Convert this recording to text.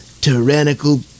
tyrannical